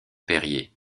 perrier